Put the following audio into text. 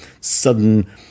sudden